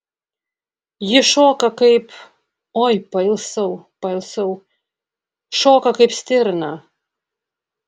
ji šoka kaip oi pailsau pailsau šoka kaip stirna